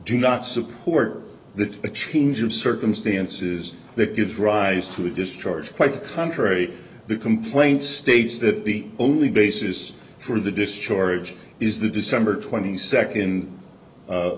do not support that a change of circumstances that gives rise to the discharge quite the contrary the complaint states that the only basis for the discharge is the december twenty second